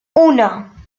uno